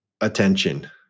attention